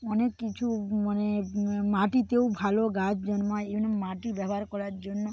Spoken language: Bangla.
অনেক কিছু মানে মাটিতেও ভালো গাছ জন্মায় এমনি মাটি ব্যবহার করার জন্য